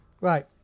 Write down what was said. Right